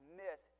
miss